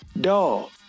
dog